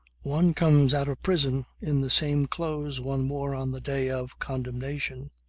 one comes out of prison in the same clothes one wore on the day of condemnation,